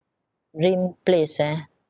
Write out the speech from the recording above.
dream place ah